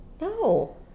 No